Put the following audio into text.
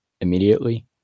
immediately